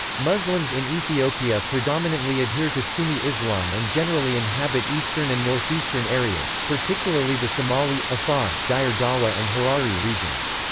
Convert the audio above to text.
muslims in ethiopia predominantly adhere to sunni islam and generally inhabit eastern and northeastern areas particularly the somali, afar, dire dawa and harari regions.